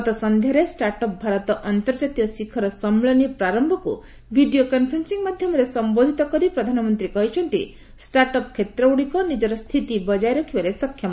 ଗତ ସନ୍ଧ୍ୟାରେ ଷ୍ଟାର୍ଟଅପ୍ ଭାରତ ଆର୍ନ୍ତଜାତୀୟ ଶିଖର ସମ୍ମିଳନୀ 'ପ୍ରାର୍ୟ'କୁ ଭିଡିଓ କନ୍ଫରେନ୍ସିଂ ମାଧ୍ୟମରେ ସମ୍ଭୋଧିତ କରି ପ୍ରଧାନମନ୍ତ୍ରୀ କହିଛନ୍ତି ଷ୍ଟାର୍ଟଅପ କ୍ଷେତ୍ରଗୁଡିକ ନିଜର ସ୍ଥିତି ବଜାୟ ରଖିବାରେ ସକ୍ଷମ